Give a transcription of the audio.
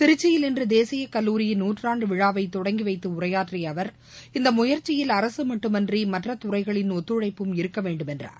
திருச்சியில் இன்றுதேசியகல்லூரியின் நூற்றாண்டுவிழாவைதொடங்கிவைத்துஉரையாற்றியஅவர் இந்தமுயற்சியில் அரசுமட்டுமின்றி மற்றத் துறைகளின் ஒத்துழைப்பும் இருக்கவேண்டும் என்றார்